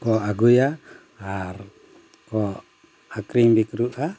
ᱠᱚ ᱟᱹᱜᱩᱭᱟ ᱟᱨ ᱠᱚ ᱟᱹᱠᱷᱨᱤᱧ ᱵᱤᱠᱨᱤᱜᱼᱟ